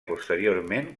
posteriorment